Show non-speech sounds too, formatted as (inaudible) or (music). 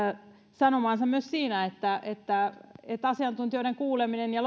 sanomaansa myös siinä että että asiantuntijoiden ja (unintelligible)